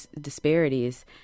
disparities